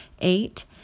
Eight